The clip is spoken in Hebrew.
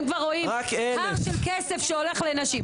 הם כבר רואים הר של כסף שהולך לנשים.